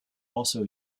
also